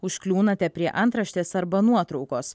užkliūnate prie antraštės arba nuotraukos